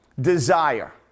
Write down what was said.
desire